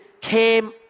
came